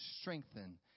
strengthen